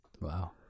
wow